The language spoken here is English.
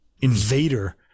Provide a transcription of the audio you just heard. invader